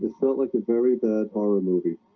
felt like a very bad horror movie